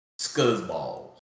scuzzballs